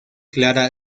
clara